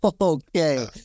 Okay